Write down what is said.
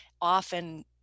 often